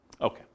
Okay